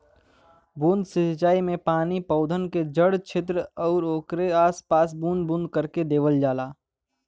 बूंद से सिंचाई में पानी पौधन के जड़ छेत्र आउर ओकरे आस पास में बूंद बूंद करके देवल जाला